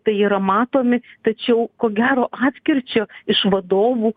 tai yra matomi tačiau ko gero atkirčio iš vadovų